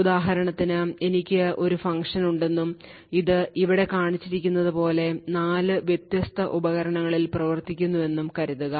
ഉദാഹരണത്തിന് എനിക്ക് ഒരു ഫംഗ്ഷൻ ഉണ്ടെന്നും ഇത് ഇവിടെ കാണിച്ചിരിക്കുന്നതുപോലെ 4 വ്യത്യസ്ത ഉപകരണങ്ങളിൽ പ്രവർത്തിക്കുന്നു എന്ന് കരുതുക